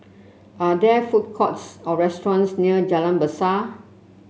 are there food courts or restaurants near Jalan Besar